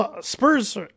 Spurs